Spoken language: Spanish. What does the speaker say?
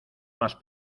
más